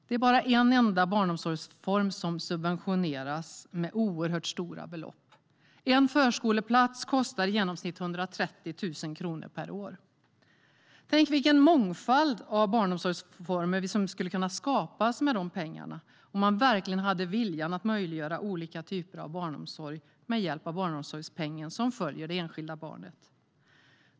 Det är bara en enda barnomsorgsform som subventioneras med oerhört stora belopp. En förskoleplats kostar i genomsnitt 130 000 kronor per år. Tänk vilken mångfald av barnomsorgsformer som skulle kunna skapas med dessa pengar om man verkligen hade viljan att möjliggöra olika typer av barnomsorg med hjälp av barnomsorgspengen som följer det enskilda barnet.